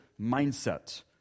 mindset